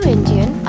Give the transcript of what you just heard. Indian